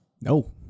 No